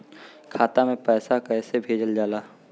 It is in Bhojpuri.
खाता में पैसा कैसे भेजल जाला?